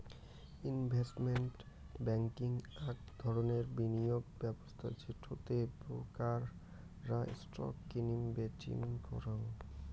investment banking আক ধরণের বিনিয়োগ ব্যবস্থা যেটো তে ব্রোকার রা স্টক কিনিম বেচিম করাং